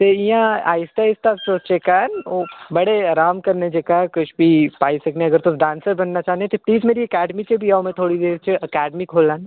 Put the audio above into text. ते इ'यां आहिस्ता आहिस्ता स्वेच्छा कारण बड़े आराम कन्नै जेह्का कुछ बी पाई सकने अगर तु'स डांसर बनना चाह्न्ने ते प्लीज़ मेरी अकैडमी च बी आओ में थोह्ड़ी देर च अकैडमी खोल्ला नां